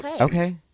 Okay